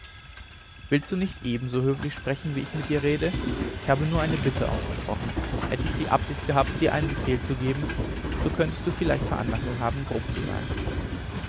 willst du nicht ebenso höflich sprechen wie ich mit dir rede ich habe nur eine bitte ausgesprochen hätte ich die absicht gehabt dir einen befehl zu geben so könntest du vielleicht veranlassung haben grob zu sein